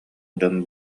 дьон